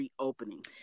reopening